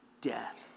death